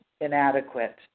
inadequate